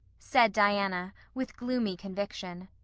said diana, with gloomy conviction.